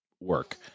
work